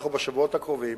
אנחנו בשבועות הקרובים